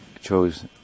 chose